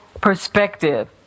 perspective